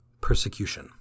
Persecution